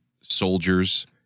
soldiers